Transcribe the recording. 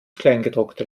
kleingedruckte